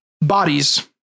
bodies